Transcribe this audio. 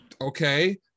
okay